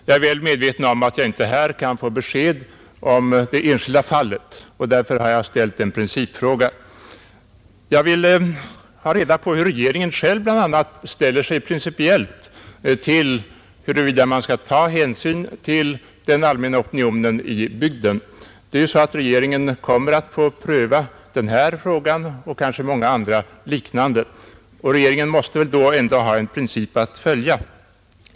Jag är väl medveten om att jag inte här kan få besked om det enskilda fallet, och därför har jag ställt en principfråga. Jag vill bl.a. ha reda på hur regeringen själv ställer sig principiellt till huruvida man skall ta hänsyn till den allmänna opinionen i bygden. Regeringen kommer ju att få pröva denna fråga och kanske många andra liknande, och regeringen måste då ändå ha en princip att följa.